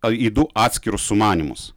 į du atskirus sumanymus